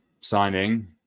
signing